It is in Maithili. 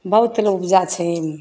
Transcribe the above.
बहुत लए उपजा छै एहिमे